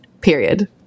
period